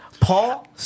Paul